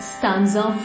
Stanza